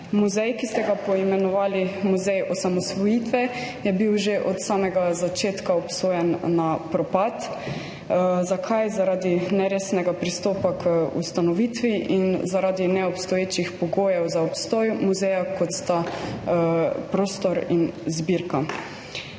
Muzej, ki ste ga poimenovali Muzej slovenske osamosvojitve, je bil že od samega začetka obsojen na propad. Zakaj? Zaradi neresnega pristopa k ustanovitvi in zaradi neobstoječih pogojev za obstoj muzeja, kot sta prostor in zbirka.